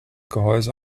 gehäuse